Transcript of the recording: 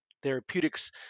therapeutics